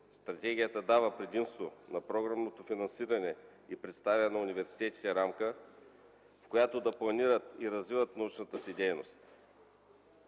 Стратегията дава предимство на програмното финансиране и предоставя на университетите рамка, в която да планират и развиват научната си дейност.